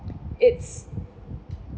it's